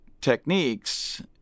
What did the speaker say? techniques